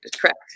Correct